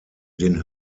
den